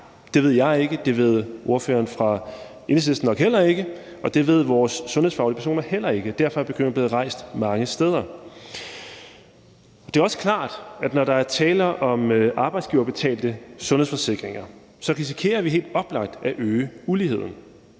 Det ved jeg ikke, det ved ordføreren fra Enhedslisten nok heller ikke, og det ved vores sundhedsfaglige personer heller ikke. Derfor er bekymringen blevet rejst mange steder. Det er også klart, at når der er tale om arbejdsgiverbetalte sundhedsforsikringer, risikerer vi helt oplagt at øge uligheden.